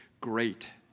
great